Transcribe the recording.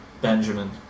Benjamin